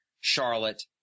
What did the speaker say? Charlotte